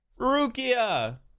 Rukia